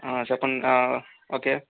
చెప్పండి ఓకే